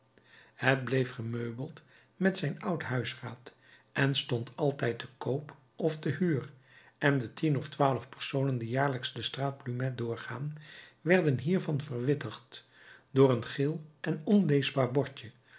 het bleef gemeubeld met zijn oud huisraad en stond altijd te koop of te huur en de tien of twaalf personen die jaarlijks de straat plumet doorgaan werden hiervan verwittigd door een geel en onleesbaar bordje